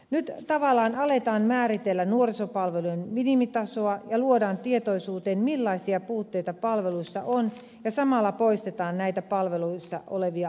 nyt tavallaan aletaan määritellä nuorisopalvelujen minimitasoa ja tuodaan tietoisuuteen millaisia puutteita palveluissa on ja samalla poistetaan näitä palveluissa olevia aukkoja